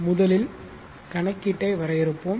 முதலில் கணக்கீடை வரையறுப்போம்